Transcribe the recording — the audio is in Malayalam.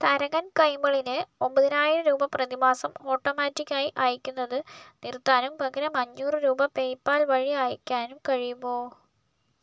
തരകൻ കൈമളിന് ഒമ്പതിനായിരം രൂപ പ്രതിമാസം ഓട്ടോമാറ്റിക്ക് ആയി അയയ്ക്കുന്നത് നിർത്താനും പകരം അഞ്ഞൂറ് രൂപ പേയ്പാൽ വഴി അയയ്ക്കാനും കഴിയുമോ